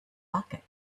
bucket